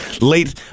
late